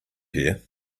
here